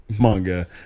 manga